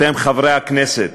אתם, חברי הכנסת,